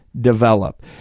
develop